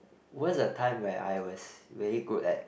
was the time where I was really good at